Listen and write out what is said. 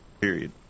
Period